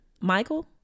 michael